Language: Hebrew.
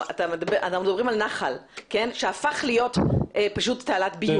מדברים על נחל שהפך להיות פשוט תעלת ביוב.